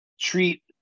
treat